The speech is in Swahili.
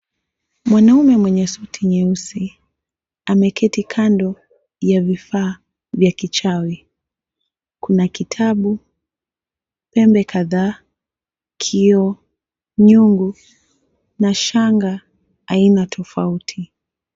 Mwanaume mwenye suti nyeusi ameketi kando ya vifaa vya kichawi. Kuna kitabu, pembe kadhaa, kioo, nyungu na shanga aina tofauti.